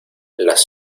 las